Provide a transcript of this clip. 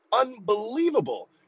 unbelievable